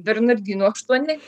bernardinų aštuoni